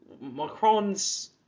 Macron's